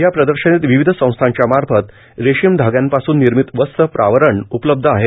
या प्रदर्शनीत विविध संस्थांच्या मार्फत रेशीम धाग्यांपासून निर्मित वस्त्र प्रावरण उपलब्ध आहेत